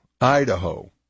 Idaho